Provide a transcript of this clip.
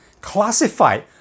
classified